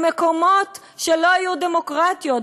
במקומות שלא היו דמוקרטיים,